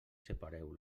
separeu